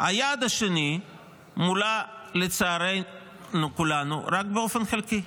היעד השני מולא לצערנו כולנו רק באופן חלקי.